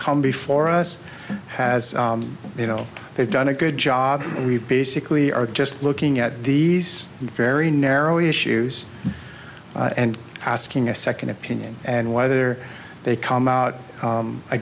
come before us has you know they've done a good job and we've basically are just looking at these very narrow issues and asking a second opinion and whether they come out